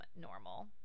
normal